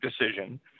decision